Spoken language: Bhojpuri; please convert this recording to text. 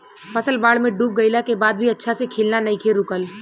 फसल बाढ़ में डूब गइला के बाद भी अच्छा से खिलना नइखे रुकल